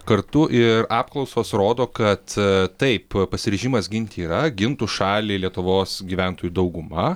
kartu ir apklausos rodo kad taip pasiryžimas ginti yra gintų šalį lietuvos gyventojų dauguma